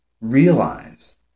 realize